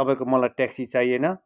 तपाईँको मलाई ट्याक्सी चाहिएन